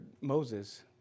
Moses